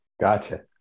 Gotcha